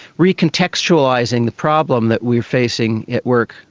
re-contextualising the problem that we are facing at work,